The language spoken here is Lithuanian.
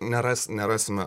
neras nerasime